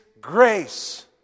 grace